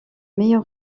meilleur